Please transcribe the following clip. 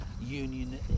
Union